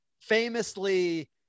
famously